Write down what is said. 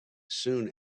soon